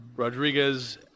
Rodriguez